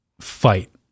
fight